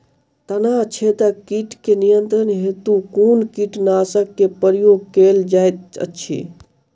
तना छेदक कीट केँ नियंत्रण हेतु कुन कीटनासक केँ प्रयोग कैल जाइत अछि?